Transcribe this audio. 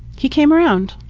he came around.